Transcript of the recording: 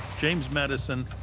james madison,